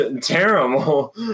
terrible